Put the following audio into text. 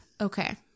Okay